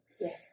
Yes